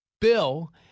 bill